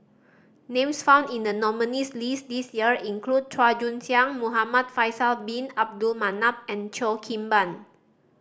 names found in the nominees' list this year include Chua Joon Siang Muhamad Faisal Bin Abdul Manap and Cheo Kim Ban